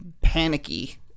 Panicky